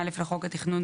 את החלק השני.